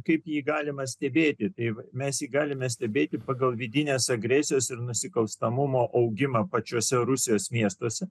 kaip jį galima stebėti taip mes jį galime stebėti pagal vidinės agresijos ir nusikalstamumo augimą pačiuose rusijos miestuose